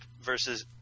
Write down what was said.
versus